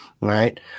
right